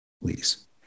please